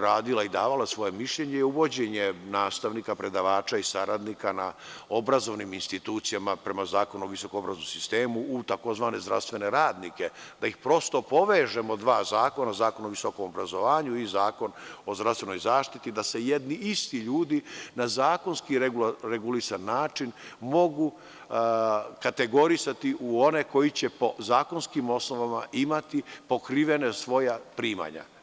radila i davala svoje mišljenje, je uvođenje nastavnika, predavača i saradnika na obrazovnim institucijama prema Zakonu o visokoobrazovnom sistemu u tzv. zdravstvene radnike, da prosto povežemo dva zakona o Zakonu o visokom obrazovanju i Zakon o zdravstvenoj zaštiti, da se jedni isti ljudi na zakonski regulisan način mogu kategorisati u one koji će po zakonskim osnovama imati pokrivena svoja primanje.